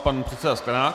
Pan předseda Sklenák.